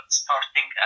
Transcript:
starting